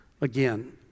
Again